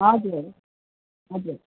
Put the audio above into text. हजुर हजुर